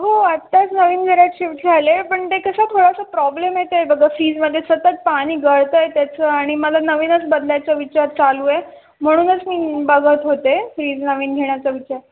हो आत्ताच नवीन घरात शिप्ट झालेय पण ते कसं थोडासा प्रॉब्लेम येतोय बघा फ्रीजमध्ये सतत पाणी गळतंय त्याचं आणि मला नवीनच बदलायचा विचार चालूय म्हणूनच मी बघत होते फ्रीज नवीन घेण्याचा विचार